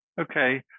Okay